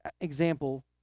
example